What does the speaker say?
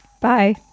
Bye